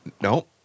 No